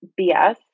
BS